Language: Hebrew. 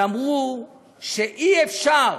ואמרו שאי-אפשר,